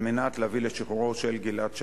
על מנת להביא לשחרור של גלעד שליט,